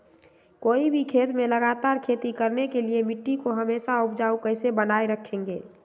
कोई भी खेत में लगातार खेती करने के लिए मिट्टी को हमेसा उपजाऊ कैसे बनाय रखेंगे?